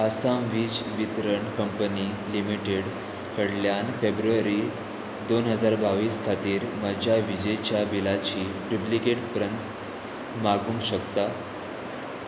आसाम वीज वितरण company limited कडल्यान फेब्रुवारी दोन हजार बावीस खातीर म्हज्या विजेच्या बिलाची डुप्लिकेट प्रत मागूंक शकता